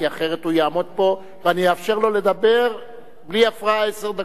כי אחרת הוא יעמוד פה ואני אאפשר לו לדבר בלי הפרעה עשר דקות.